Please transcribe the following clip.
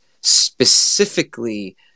specifically